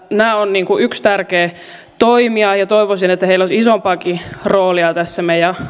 nämä ovat yksi tärkeä toimija ja toivoisin että näillä olisi isompaakin roolia tässä meidän